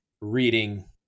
reading